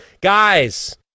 Guys